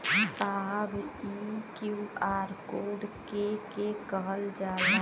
साहब इ QR code के के कहल जाला?